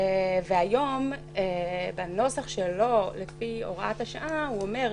היום, בנוסח שלו לפי הוראת השעה נאמר: